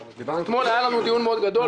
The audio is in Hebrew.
סמוטריץ': אתמול היה לנו דיון מאוד גדול,